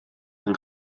yng